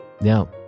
Now